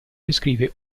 descrive